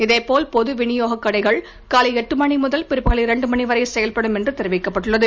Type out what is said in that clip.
இதேபோல் பொதுவிநியோக கடைகள் காலை எட்டு மணி முதல் பிற்பகல் இரண்டு வரை செயல்படும் என்று தெரிவிக்கப்பட்டுள்ளது